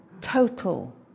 total